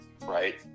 right